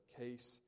case